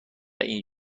این